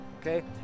okay